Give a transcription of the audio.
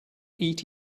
eat